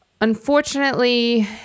Unfortunately